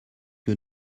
que